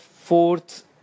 fourth